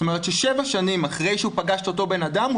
זאת אומרת ששבע שנים אחרי שהוא פגש את אותו אדם הוא